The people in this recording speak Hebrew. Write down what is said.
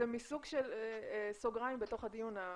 זה סוג של סוגריים בתוך הדיון אבל